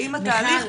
האם התהליך,